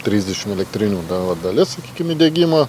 trisdešim elektrinių ta va dalis sakykim įdiegimo